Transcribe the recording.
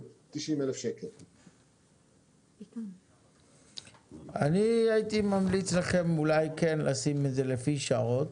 90,000. אני הייתי ממליץ לכם אולי כן לשים את זה לפי שעות